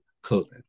Clothing